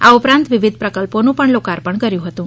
આ ઉપરાંત વિવિધ પ્રકલ્પોનું પણ લોકાર્પણ કર્યું હતુ